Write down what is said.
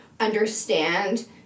understand